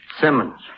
Simmons